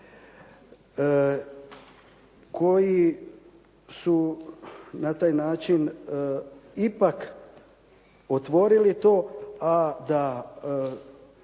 koji su na taj način ipak otvorili to, a da